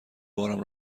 بارم